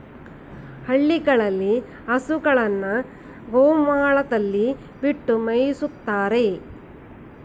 ಹಳ್ಳಿಗಳಲ್ಲಿ ಹಸುಗಳನ್ನು ಗೋಮಾಳಗಳಲ್ಲಿ ಬಿಟ್ಟು ಮೇಯಿಸುತ್ತಾರೆ